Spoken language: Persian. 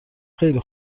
خیلی